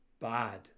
bad